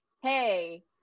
hey